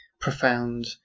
profound